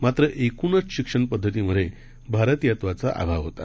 मात्र एकूणच शिक्षण पद्धतीमध्ये भारतीयतेचा अभाव होता